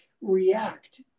react